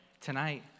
tonight